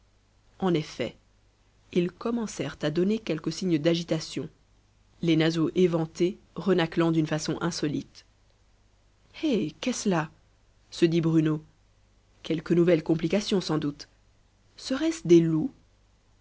en effet ils commencèrent à donner quelques signes d'agitation les naseaux éventés renâclant d'une façon insolite eh qu'est-ce cela se dit bruno quelque nouvelle complication sans doute seraient ce des loups